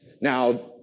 Now